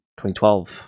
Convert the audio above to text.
2012